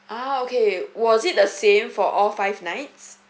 ah okay was it the same for all five nights